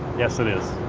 yes, it is.